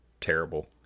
terrible